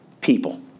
people